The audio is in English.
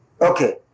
Okay